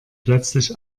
plötzlich